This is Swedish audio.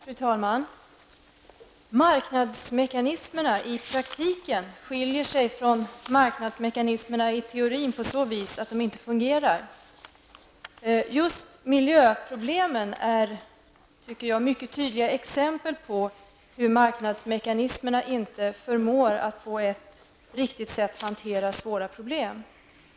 Fru talman! Marknadsmekanismerna i praktiken skiljer sig från marknadsmekanismerna i teorin på så vis att de inte fungerar. Just miljöproblemen är, tycker jag, mycket tydliga exempel på hur marknadsmekanismerna inte förmår att på ett riktigt sätt hantera svåra problem.